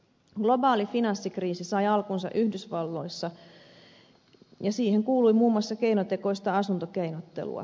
globaali finanssikriisi sai alkunsa yhdysvalloissa ja siihen kuului muun muassa keinotekoista asuntokeinottelua